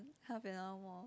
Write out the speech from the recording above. half an hour more